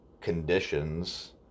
conditions